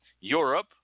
Europe